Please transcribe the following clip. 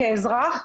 כאזרח,